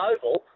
Oval